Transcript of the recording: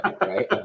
Right